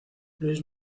luis